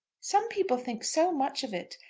some people think so much of it.